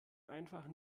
einfach